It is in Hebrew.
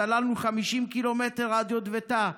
סללנו 50 ק"מ עד יטבתה,